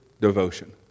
devotion